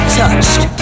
touched